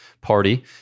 party